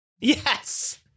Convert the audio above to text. Yes